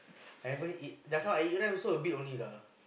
haven't eat just now I eat rice also a bit only lah